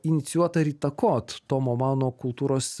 inicijuot ar įtakot tomo mano kultūros